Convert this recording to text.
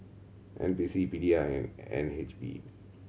N P C P D I and N H B